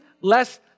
less